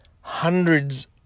hundreds